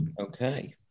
Okay